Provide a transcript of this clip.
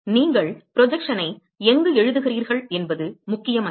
நீங்கள் ப்ரொஜெக்ஷனை எங்கு எழுதுகிறீர்கள் என்பது முக்கியமல்ல